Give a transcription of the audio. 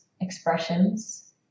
expressions